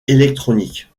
électronique